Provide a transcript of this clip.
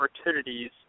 opportunities